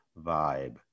vibe